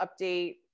update